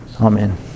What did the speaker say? Amen